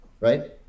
right